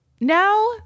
Now